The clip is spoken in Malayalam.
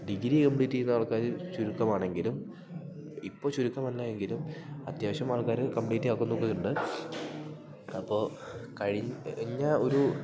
ഡിഗ്രി കമ്പ്ലീറ്റ് ചെയ്ത ആൾക്കാർ ചുരുക്കമാണെങ്കിലും ഇപ്പോൾ ചുരുക്കമല്ല എങ്കിലും അത്യാവശ്യമാൾക്കാർ കമ്പ്ലീറ്റ് ആക്കുന്നൊക്കെ ഉണ്ട് അപ്പോൾ കഴിഞ്ഞ ഒരു